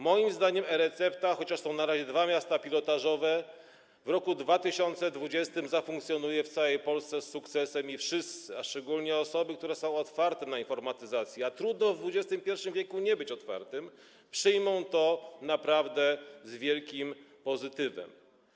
Moim zdaniem e-recepta, chociaż na razie są dwa miasta pilotażowe, w roku 2020 zafunkcjonuje w całej Polsce z sukcesem i wszyscy, a szczególnie osoby, które są otwarte na informatyzację, a trudno w XXI w. nie być na nią otwartym, przyjmą to z naprawdę wielkim pozytywem.